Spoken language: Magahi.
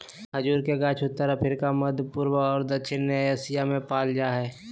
खजूर के गाछ उत्तर अफ्रिका, मध्यपूर्व और दक्षिण एशिया में पाल जा हइ